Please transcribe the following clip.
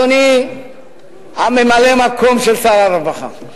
אדוני הממלא-מקום של שר הרווחה,